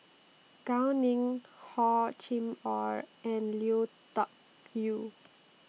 Gao Ning Hor Chim Or and Lui Tuck Yew